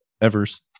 Evers